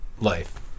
life